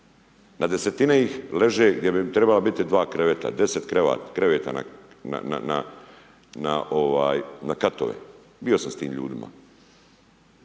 Na desetine ih leže gdje bi trebalo biti 2 kreveta, 10 kreveta na katove. Bio sam s tim ljudima